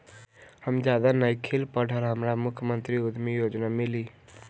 हम ज्यादा नइखिल पढ़ल हमरा मुख्यमंत्री उद्यमी योजना मिली?